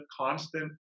constant